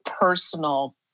personal